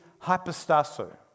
hypostasso